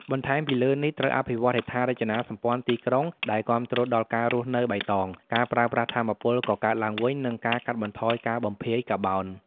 បន្ថែមពីលើនេះត្រូវអភិវឌ្ឍន៍ហេដ្ឋារចនាសម្ព័ន្ធទីក្រុងដែលគាំទ្រដល់ការរស់នៅបៃតង ការប្រើប្រាស់ថាមពលកកើតឡើងវិញ និងការកាត់បន្ថយការបំភាយកាបូន។